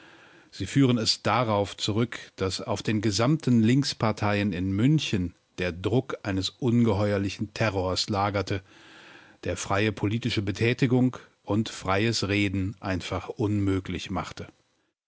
sie führen es darauf zurück daß auf den gesamten linksparteien in münchen der druck eines ungeheuerlichen terrors lagerte der freie politische betätigung und freies reden einfach unmöglich machte